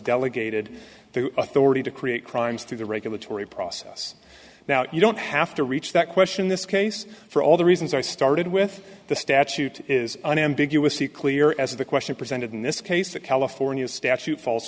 delegated authority to create crimes through the regulatory process now you don't have to reach that question this case for all the reasons i started with the statute is unambiguously clear as the question presented in this case the california statute fal